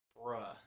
bruh